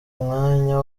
umwanya